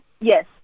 Yes